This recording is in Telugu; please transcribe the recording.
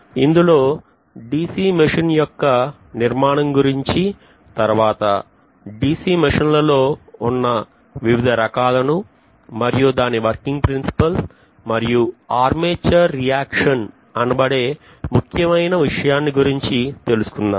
ఇందులో లో DC మెషిన్ యొక్క నిర్మాణం గురించి తర్వాత DC మెషిన్ లలో ఉన్న వివిధ రకాలను మరియు దాని వర్కింగ్ ప్రిన్సిపల్ మరియు ఆర్మేచర్ రియాక్షన్ అనబడే ముఖ్యమైన విషయాన్ని గురించి తెలుసుకుందాం